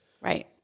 Right